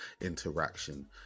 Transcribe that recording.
interaction